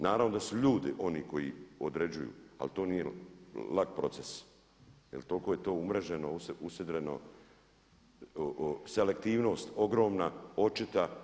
Naravno da su ljudi oni koji određuju, ali to nije lak proces jer toliko je to umreženo, usidreno, selektivnost ogromna, očita.